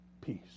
peace